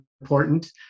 important